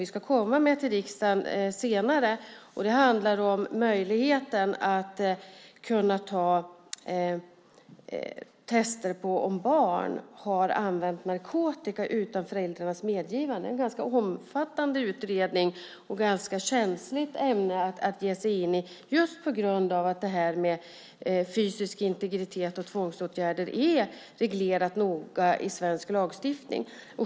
Vi ska komma med ett ärende till riksdagen senare, och det handlar om möjligheten att utan föräldrarnas medgivande kunna testa om barn har använt narkotika. Det är en ganska omfattande utredning och ett ganska känsligt ämne att ge sig in i, just på grund av att fysisk integritet och tvångsåtgärder är noga reglerat i svensk lagstiftning.